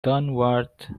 downward